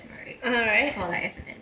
(uh huh) right